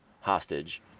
hostage